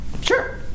Sure